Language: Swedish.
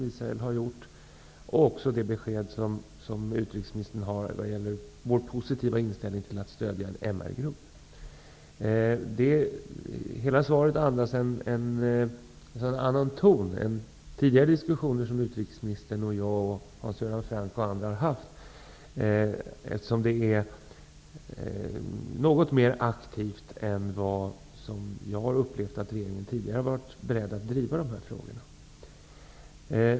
Israel har gjort och beskedet om Sveriges positiva inställning till att stöda en MR-grupp är också bra. Hela svaret andas en annan ton än den som förekommit vid tidigare diskussioner med utrikesministern, mig, Hans Göran Franck m.fl. Svaret visar att regeringen mer aktivt än tidigare är beredd att driva de här frågorna.